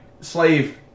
slave